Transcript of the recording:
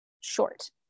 short